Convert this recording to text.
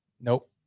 Nope